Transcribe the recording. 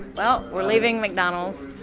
well, we're leaving mcdonald's.